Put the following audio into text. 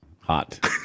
hot